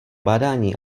bádání